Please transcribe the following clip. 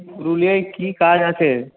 পুরুলিয়ায় কী কাজ আছে